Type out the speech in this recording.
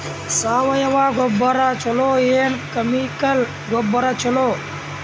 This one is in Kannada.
ಸಾವಯವ ಗೊಬ್ಬರ ಛಲೋ ಏನ್ ಕೆಮಿಕಲ್ ಗೊಬ್ಬರ ಛಲೋ?